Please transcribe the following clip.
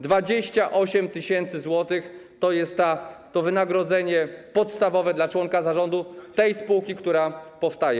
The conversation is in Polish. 28 tys. zł - to jest wynagrodzenie podstawowe dla członka zarządu tej spółki, która powstaje.